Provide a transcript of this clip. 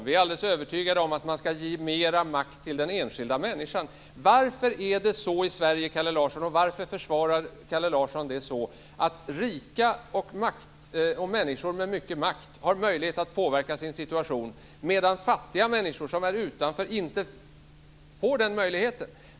Vi är alldeles övertygade om att man ska ge mera makt till den enskilda människan. Varför är det så i Sverige och varför försvarar Kalle Larsson att rika och människor med mycket makt har möjlighet att påverka sin situation, medan fattiga människor som står utanför inte har den möjligheten?